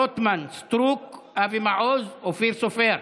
שמחה רוטמן, אורית סטרוק, אבי מעוז ואופיר סופר.